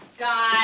God